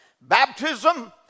baptism